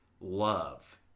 love